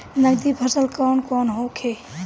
नकदी फसल कौन कौनहोखे?